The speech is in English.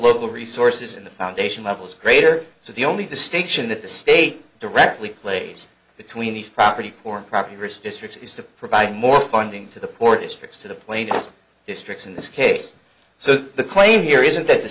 local resources in the foundation levels greater so the only distinction that the state directly plays between these property poor populous districts is to provide more funding to the poor districts to the point of districts in this case so the claim here isn't that the